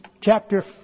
chapter